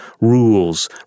rules